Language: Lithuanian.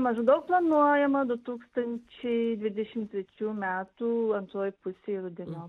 maždaug planuojama du tūkstančiai dvidešim trečių metų antroj pusėj rudenio